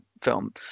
film